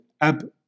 Ab